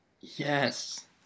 Yes